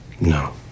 No